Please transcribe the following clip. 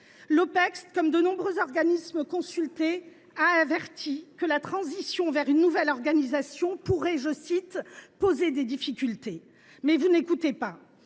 L’Opecst, comme de nombreux organismes consultés, a averti que la transition vers une nouvelle organisation pourrait « poser des difficultés ». Mais vous n’écoutez pas